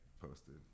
posted